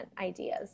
ideas